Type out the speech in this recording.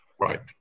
Right